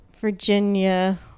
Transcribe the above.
Virginia